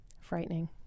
frightening